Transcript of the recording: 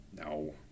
No